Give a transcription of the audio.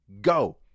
go